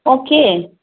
okay